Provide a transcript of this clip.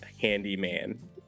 handyman